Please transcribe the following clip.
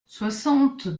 soixante